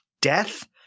Death